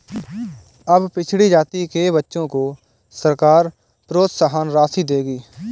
अब पिछड़ी जाति के बच्चों को सरकार प्रोत्साहन राशि देगी